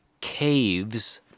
caves